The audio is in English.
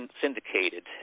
syndicated